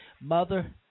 Mother